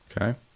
Okay